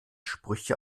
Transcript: sprüche